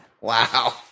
Wow